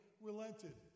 relented